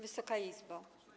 Wysoka Izbo!